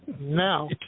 Now